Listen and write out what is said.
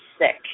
Sick